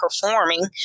performing